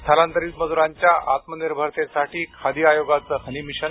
स्थलांतरित मजुरांच्या आत्मनिर्भरतेसाठी खादी आय़ोगाचं हनी मिशन